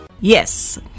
Yes